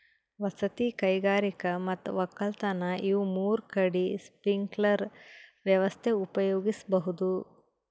ವಸತಿ ಕೈಗಾರಿಕಾ ಮತ್ ವಕ್ಕಲತನ್ ಇವ್ ಮೂರ್ ಕಡಿ ಸ್ಪ್ರಿಂಕ್ಲರ್ ವ್ಯವಸ್ಥೆ ಉಪಯೋಗಿಸ್ಬಹುದ್